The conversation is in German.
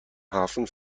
hafen